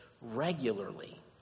regularly